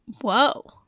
Whoa